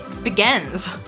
begins